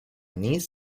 niece